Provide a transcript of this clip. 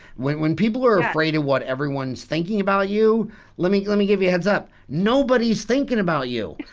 when when people are afraid of what everyone's thinking about you let me let me give you a heads up, nobody's thinking about you.